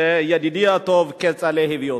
כשידידי הטוב כצל'ה הביא אותו.